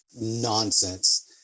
nonsense